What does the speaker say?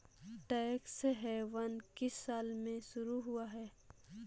Tax haven किस साल में शुरू हुआ है?